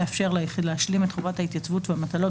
לאפשר ליחיד להשלים את חובת ההתייצבות והמטלות